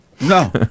No